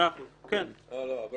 כן כן, מאה אחוז, ועדת האיתור.